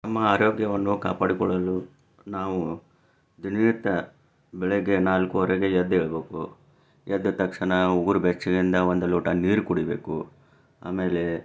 ನಮ್ಮ ಆರೋಗ್ಯವನ್ನು ಕಾಪಾಡಿಕೊಳ್ಳಲು ನಾವು ದಿನನಿತ್ಯ ಬೆಳಗ್ಗೆ ನಾಲ್ಕುವರೆಗೆ ಎದ್ದೇಳಬೇಕು ಎದ್ದ ತಕ್ಷಣ ಉಗುರು ಬೆಚ್ಚಗಿಂದ ಒಂದು ಲೋಟ ನೀರು ಕುಡಿಬೇಕು ಆಮೇಲೆ